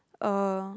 uh